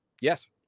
Yes